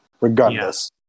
regardless